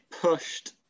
pushed